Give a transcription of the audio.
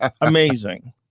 Amazing